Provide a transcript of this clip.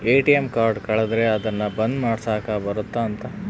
ATM card ಕಳುದ್ರೆ ಅದುನ್ನ ಬಂದ್ ಮಾಡ್ಸಕ್ ಬರುತ್ತ ಅಂತ